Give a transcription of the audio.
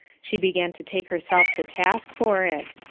she began to take herself to task for it.